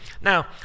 Now